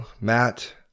Matt